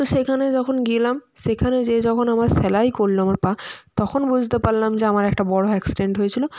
তো সেখানে যখন গেলাম সেখানে যেয়ে যখন আমার সেলাই করল আমার পা তখন বুঝতে পারলাম যে আমার একটা বড় অ্যাক্সিডেন্ট হয়েছিল